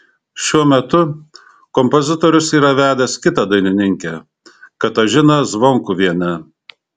šiuo metu kompozitorius yra vedęs kitą dainininkę katažiną zvonkuvienę